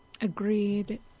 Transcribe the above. Agreed